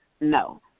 no